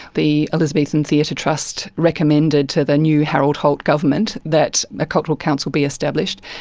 the elizabethan theatre trust recommended to the new harold holt government that a cultural council be established.